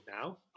now